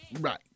Right